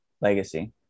Legacy